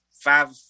five